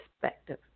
perspective